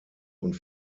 und